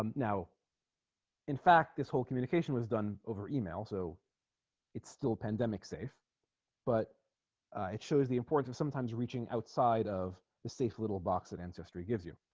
now in fact this whole communication was done over email so it's still pandemic safe but it shows the importance of sometimes reaching outside of the safe little box at ancestry gives you